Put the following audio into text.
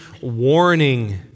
warning